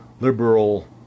liberal